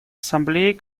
ассамблеи